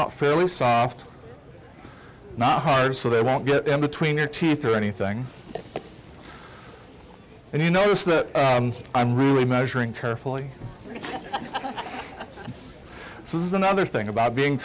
out fairly soft not hard so they won't get any between your teeth or anything and you notice that i'm really measuring carefully this is another thing about being